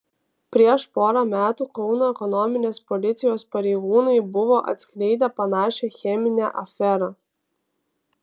prieš porą metų kauno ekonominės policijos pareigūnai buvo atskleidę panašią cheminę aferą